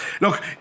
Look